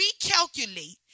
recalculate